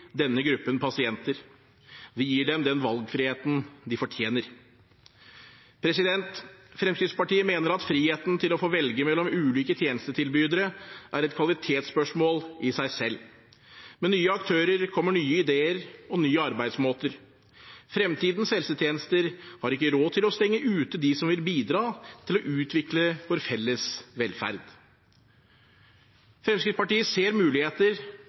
denne gruppen pasienter. Vi gir dem den valgfriheten de fortjener. Fremskrittspartiet mener at friheten til å få velge mellom ulike tjenestetilbydere er et kvalitetsspørsmål i seg selv. Med nye aktører kommer nye ideer og nye arbeidsmåter. Fremtidens helsetjenester har ikke råd til å stenge ute dem som vil bidra til å utvikle vår felles velferd. Fremskrittspartiet ser muligheter,